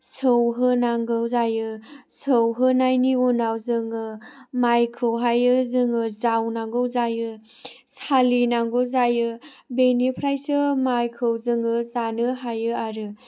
सौहोनांगौ हायो सौहोनायनि उनाव जोङो माइखौहाय जोङो जावनांगौ जायो सालिनांगौ जायो बेनिफ्रायसो माइखौ जोङो जानो हायो आरो